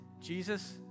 Jesus